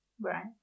Right